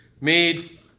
made